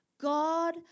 God